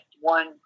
one